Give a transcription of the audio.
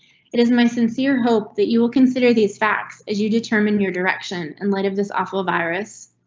it is my sincere hope that you will consider these facts as you determine your direction in light of this awful virus.